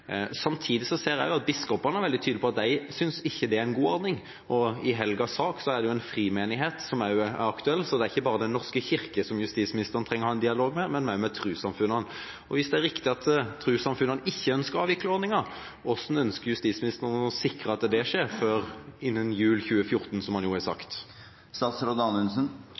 Samtidig ser jeg også at biskopene er veldig tydelige på at de ikke synes det er en god ordning. I helgens sak er det en frimenighet som også er aktuell, så det er ikke bare Den norske kirke justisministeren trenger å ha en dialog med, men også trossamfunnene. Hvis det er riktig at trossamfunnene ikke ønsker å avvikle ordninga, hvordan ønsker justisministeren å sikre at det skjer innen julen 2014, slik han har sagt? Det siste er nok en sammenblanding. Det jeg har sagt,